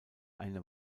eine